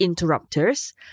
interrupters